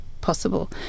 possible